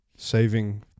Saving